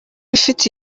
ifite